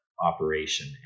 operation